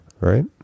right